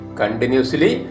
continuously